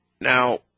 Now